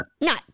No